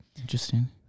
interesting